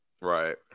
Right